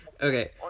okay